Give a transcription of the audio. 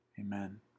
amen